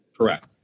Correct